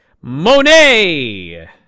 Monet